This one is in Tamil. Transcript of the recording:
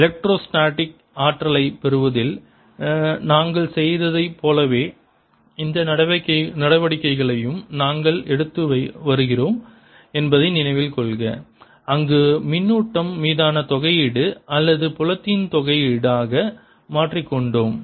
A எலக்ட்ரோஸ்டேடிக் ஆற்றலைப் பெறுவதில் நாங்கள் செய்ததைப் போலவே இந்த நடவடிக்கைகளையும் நாங்கள் எடுத்து வருகிறோம் என்பதை நினைவில் கொள்க அங்கு மின்னூட்டம் மீதான தொகையீடு அல்லது புலத்தின் தொகையீடு ஆக மாற்றிக்கொண்டோம்